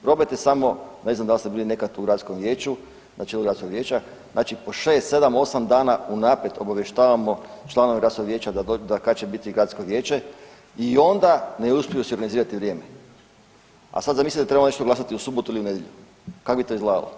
Probajte samo, ne znam dal ste bili nekad u gradskom vijeću, dakle ured gradskog vijeća znači po 6, 7, 8 dana unaprijed obavještavamo članove gradskog vijeća da kad će biti gradsko vijeće i onda ne uspiju se organizirati na vrijeme, a sad zamislite da trebamo ić glasati u subotu ili nedjelju, kak bi to izgledalo.